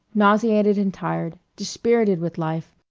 nauseated and tired, dispirited with life,